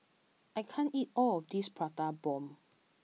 I can't eat all of this Prata Bomb